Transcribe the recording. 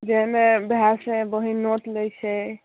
जाहिमे भायसँ बहिन नोत लैत छै